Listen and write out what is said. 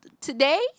today